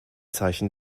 zeichen